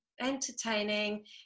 entertaining